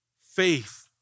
Faith